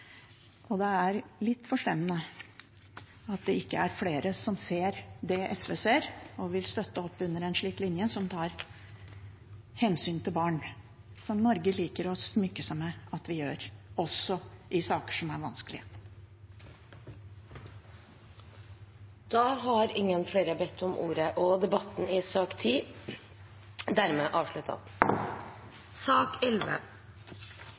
Det er litt forstemmende at det ikke er flere som ser det SV ser, og vil støtte opp under en slik linje som tar hensyn til barn – som Norge liker å smykke seg med at vi gjør – også i saker som er vanskelige. Flere har ikke bedt om ordet til sak nr. 10. Etter ønske fra kommunal- og